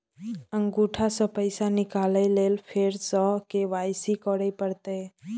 अंगूठा स पैसा निकाले लेल फेर स के.वाई.सी करै परतै?